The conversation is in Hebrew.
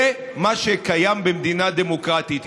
זה מה שקיים במדינה דמוקרטית.